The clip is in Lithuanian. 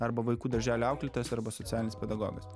arba vaikų darželio auklėtojas arba socialinis pedagogas